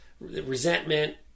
Resentment